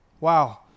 Wow